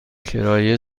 کرایه